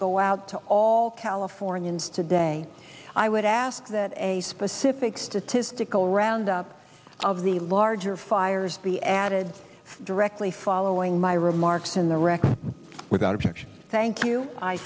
go out to all californians today i would ask that a specific statistical roundup of the larger fires be added directly following my remarks in the record without objection thank you i